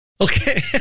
Okay